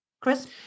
Chris